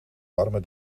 warme